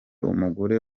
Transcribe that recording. umugore